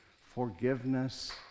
forgiveness